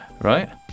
right